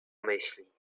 myśli